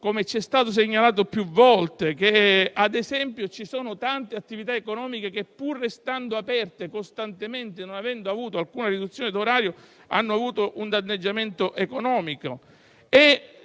come c'è stato segnalato più volte - che siano tante le attività economiche che, pur restando aperte costantemente e non avendo avuto alcuna riduzione d'orario, hanno subito un danno economico.